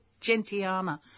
Gentiana